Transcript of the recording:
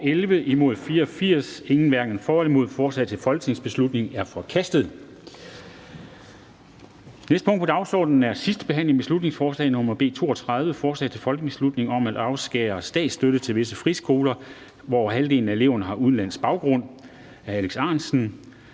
næste punkt på dagsordenen er: 10) 2. (sidste) behandling af beslutningsforslag nr. B 32: Forslag til folketingsbeslutning om at afskære statsstøtte til visse friskoler, hvor over halvdelen af eleverne har udenlandsk baggrund.